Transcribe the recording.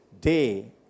day